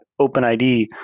OpenID